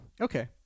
Okay